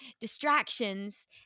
distractions